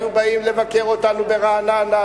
הם היו באים לבקר אותנו ברעננה,